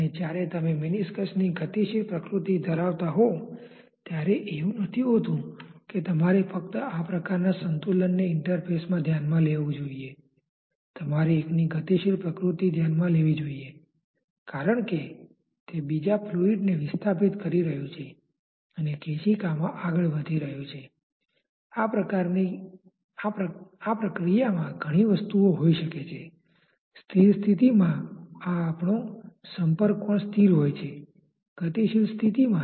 પરંતુ બંને બરાબર છે અને બાકીનો ભાગ સરળ છે તમે 'u' ને તે જગ્યાએ અવેજીમાં 'y' પર આધારિત લઈ અને સંકલિત કરી શકો છો કારણ કે 'u' ને 'y' પર આધારિત સમીકરણ અભિવ્યક્તિ શોધવા માટે આપવામાં આવેલ છે